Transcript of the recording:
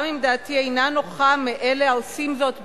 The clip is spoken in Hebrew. גם אם דעתי אינה נוחה מאלה העושים זאת,